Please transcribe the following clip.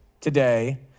today